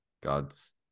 God's